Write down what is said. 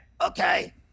okay